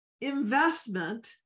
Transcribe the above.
investment